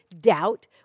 doubt